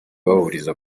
bahuriza